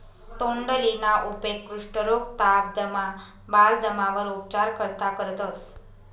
तोंडलीना उपेग कुष्ठरोग, ताप, दमा, बालदमावर उपचार करता करतंस